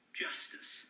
justice